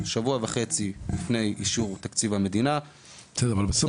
שבוע וחצי לפני אישור תקציב המדינה -- אבל בסוף